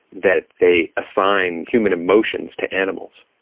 that they assign human emotions to animals.